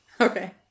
Okay